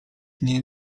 nie